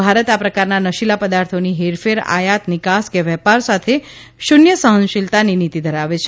ભારત આ પ્રકારના નશીલા પદાર્થોની હેરફેર આયાત નિકાસ કે વેપાર સાથે શૂન્ય સહનશીલતાની નીતી ધરાવે છે